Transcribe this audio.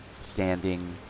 standing